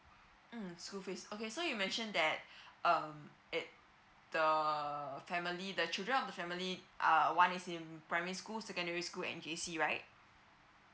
mm school fees okay so you mention that um it the family the children of the family are one is in primary school secondary school and J_C right